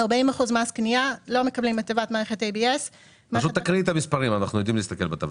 45% מס קניה: לא מקבלים הטבת מערכת ABS. 310,